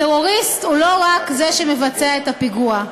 טרוריסט הוא לא רק זה שמבצע את הפיגוע,